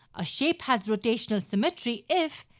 a shape has rotational symmetry if,